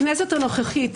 הכנסת הנוכחית,